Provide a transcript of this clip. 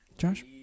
Josh